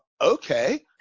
Okay